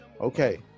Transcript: Okay